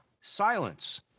silence